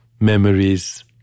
memories